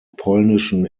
polnischen